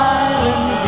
island